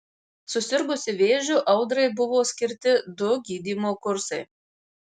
susirgusi vėžiu audrai buvo skirti du gydymo kursai